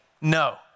No